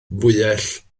fwyell